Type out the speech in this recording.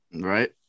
Right